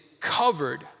covered